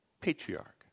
patriarch